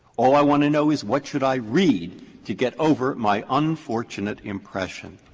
all i want to know is what should i read to get over my unfortunate impression,